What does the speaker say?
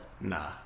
Nah